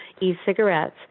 e-cigarettes